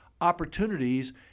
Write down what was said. opportunities